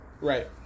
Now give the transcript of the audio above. Right